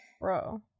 Bro